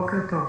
בוקר טוב,